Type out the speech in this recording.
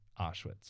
auschwitz